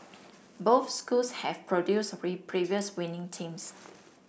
both schools have produced previous winning teams